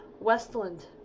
Westland